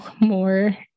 more